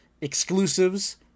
exclusives